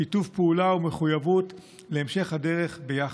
שיתוף פעולה ומחויבות להמשך הדרך ביחד.